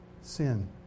sin